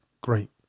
great